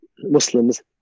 Muslims